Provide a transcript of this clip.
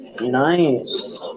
nice